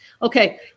Okay